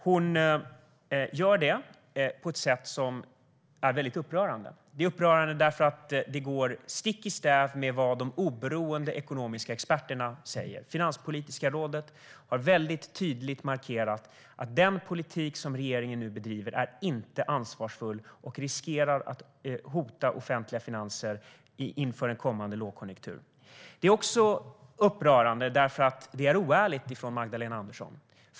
Hon gör det på ett sätt som är väldigt upprörande. Det är upprörande därför att det går stick i stäv med vad de oberoende ekonomiska experterna säger. Finanspolitiska rådet har tydligt markerat att den politik som regeringen nu bedriver inte är ansvarsfull och att den riskerar att hota offentliga finanser inför en kommande lågkonjunktur. Det är också upprörande därför att det är oärligt av Magdalena Andersson.